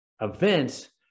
events